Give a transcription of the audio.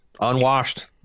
Unwashed